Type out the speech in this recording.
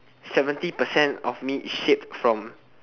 seventy percent of me is shaped from